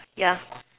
ya